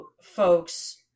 folks